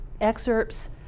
excerpts